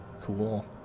Cool